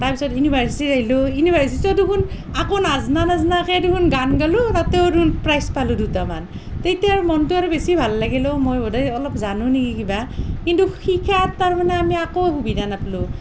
তাৰ পিছত ইউনিভাৰ্চিটীত আহিলো ইউনিভাৰ্চিটো দেখোন একো নজনা নজনাক দেখোন গান গালোঁ তাতেও দেখোন প্ৰাইজ পালোঁ দুটামান তেতিয়া মনটো আৰু বেছি ভাল লাগিলেও মই বোধহয় অলপ জানো নিকি কিবা কিন্তু শিকাত তাৰমানে আমি আকোই সুবিধা নাপালোঁ